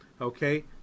okay